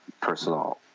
personal